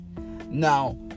now